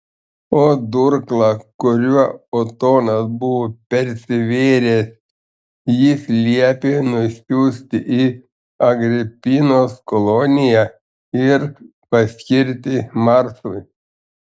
o durklą kuriuo otonas buvo persivėręs jis liepė nusiųsti į agripinos koloniją ir paskirti marsui